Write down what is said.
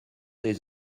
des